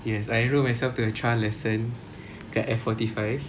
yes I enrolled myself to a trial lesson kat F forty five